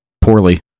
poorly